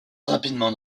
rapidement